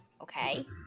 Okay